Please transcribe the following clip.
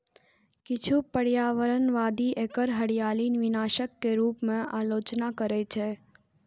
किछु पर्यावरणवादी एकर हरियाली विनाशक के रूप मे आलोचना करै छै